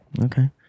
Okay